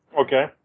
Okay